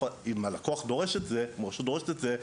אם הרשות דורשת את זה,